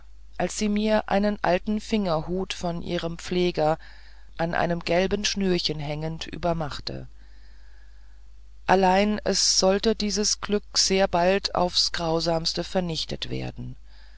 als sie mir einen alten fingerhut von ihrem pfleger an einem gelben schnürchen hängend übermachte allein es sollte dieses glück sehr bald aufs grausamste vernichtet werden